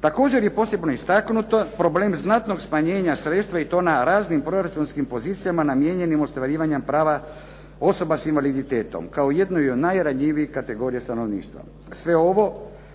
Također je potrebno istaknuti problem znatnog smanjenja sredstva i to na raznim proračunskim pozicijama namijenjenim ostvarivanju prava osoba s invaliditetom kao jednoj od najranjivijih kategorija stanovništva. Sve ovo